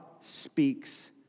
speaks